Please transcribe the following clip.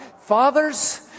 Fathers